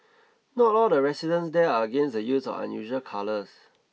not all the residents there are against the use of unusual colours